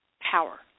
power